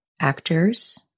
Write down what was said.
actors